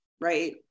right